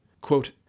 Quote